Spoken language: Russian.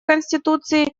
конституции